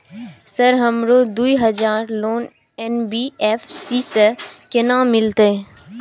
Sir हमरो दूय हजार लोन एन.बी.एफ.सी से केना मिलते?